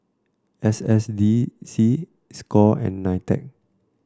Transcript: S S D C Score and Nitec